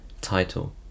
title